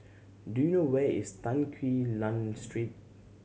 do you know where is Tan Quee Lan Street